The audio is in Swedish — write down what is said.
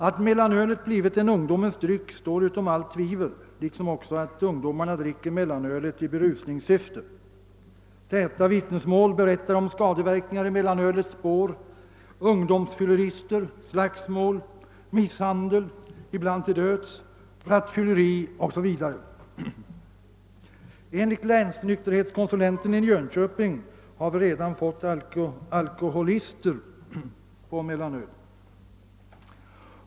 Att mellanölet blivit en ungdomens dryck står utom allt tvivel liksom också att ungdomarna dricker mellanölet i berusningssyfte. Täta vittnesmål berättar om skadeverkningar i mellanölets spår: ungdomsfylleri, slagsmål, misshandel — ibland till döds, rattfylleri o. s. v. Enligt länsnykterhetskonsulenten i Jönköpings län har vi redan fått alkoholister på mellanöl.